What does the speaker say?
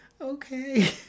okay